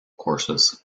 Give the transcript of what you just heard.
courses